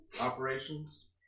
operations